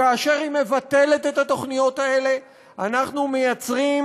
כאשר היא מבטלת את התוכניות האלה אנחנו מייצרים